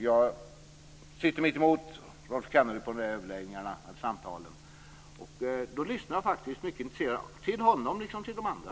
Jag sitter mittemot Rolf Kenneryd under samtalen och lyssnar mycket intresserat till honom liksom till de andra.